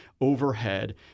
overhead